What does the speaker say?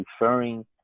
referring